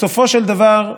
בסופו של דבר,